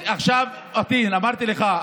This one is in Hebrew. עכשיו, פטין, אמרתי לך.